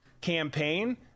campaign